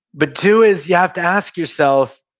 but two is you have to ask yourself,